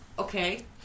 Okay